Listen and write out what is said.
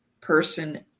person